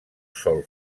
sol